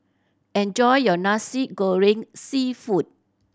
enjoy your Nasi Goreng Seafood